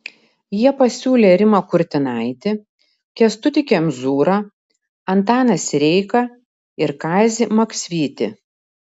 jie pasiūlė rimą kurtinaitį kęstutį kemzūrą antaną sireiką ir kazį maksvytį